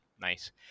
nice